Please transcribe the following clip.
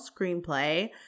screenplay